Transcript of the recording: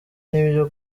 nibyo